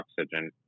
oxygen